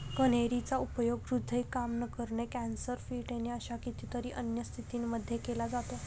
कन्हेरी चा उपयोग हृदय काम न करणे, कॅन्सर, फिट येणे अशा कितीतरी अन्य स्थितींमध्ये केला जातो